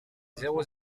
zéro